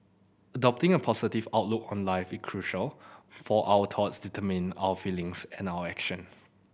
adopting a positive outlook on life is crucial for our thoughts determine our feelings and our action